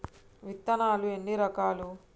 విత్తనాలు ఎన్ని రకాలు?